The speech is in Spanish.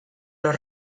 los